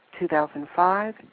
2005